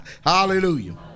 Hallelujah